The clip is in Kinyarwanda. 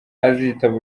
azitaba